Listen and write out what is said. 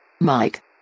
Mike